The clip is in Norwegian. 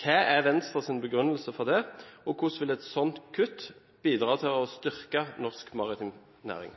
Hva er Venstres begrunnelse for det, og hvordan vil et slikt kutt bidra til å styrke norsk maritim næring?